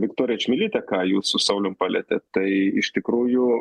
viktoriją čmilytę ką jūs su saulium palietėt tai iš tikrųjų